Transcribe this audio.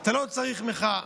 אתה לא צריך מחאה.